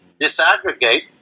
Disaggregate